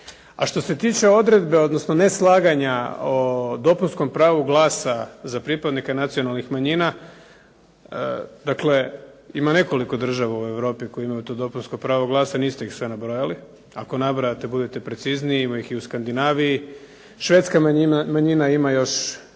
A što se tiče odredbe, odnosno neslaganja o dopunskom pravu glasa za pripadnike nacionalnih manjina, dakle ima nekoliko država u Europi koje imaju to dopunsko pravo glasa niste ih sve nabrojali. Ako nabrajate budite precizniji ima ih i u Skandinaviji. Švedska manjina ima još